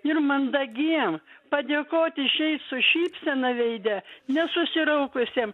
ir mandagiem padėkot išeit su šypsena veide nesusiraukusiem